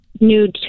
new